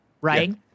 right